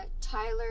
Tyler